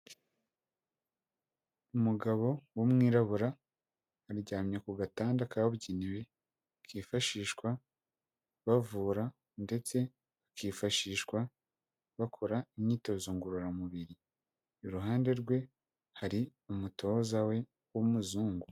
Umugabo w'umwirabura aryamye ku gatanda kabugenewe kifashishwa bavura ndetse kifashishwa bakora imyitozo ngororamubiri, iruhande rwe hari umutoza we w'umuzungu.